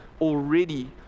Already